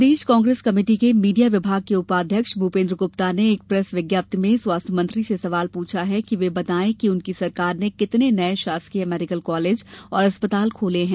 प्रदेश Congress committee के media विभाग के उपाध्यक्ष भूपेन्द्र गुप्ता ने एक प्रेस विज्ञप्ति में स्वास्थ्य मंत्री से सवाल पूछा है कि वे बतायें कि उनकी सरकार ने कितने नये शासकीय मेडिकल कालेज और अस्पताल खोले हैं